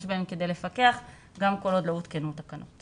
בהן כדי לפקח גם כל עוד לא הותקנו התקנות.